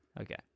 Okay